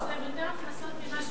יש עוד יותר הכנסות ממה שחלמו,